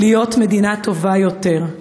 להיות מדינה טובה יותר.